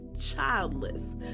Childless